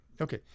Okay